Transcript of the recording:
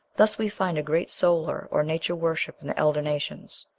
thus we find a great solar or nature worship in the elder nations,